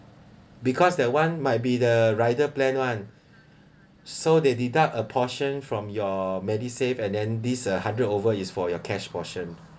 because that one might be the rider plan [one] so they deduct a portion from your medisave and then these uh hundred over is for your cash portion